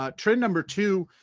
ah trend number two,